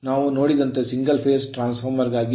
ನಾವು ನೋಡಿದಂತೆ single phase transformer ಗಾಗಿ